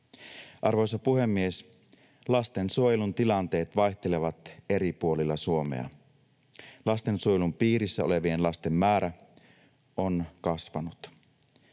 Arvoisa puhemies! Lastensuojelun tilanteet vaihtelevat eri puolilla Suomea. Lastensuojelun piirissä olevien lasten määrä on kasvanut.